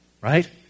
Right